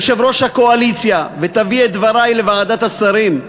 יושב-ראש הקואליציה, ותביא את דברי לוועדת השרים.